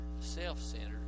self-centered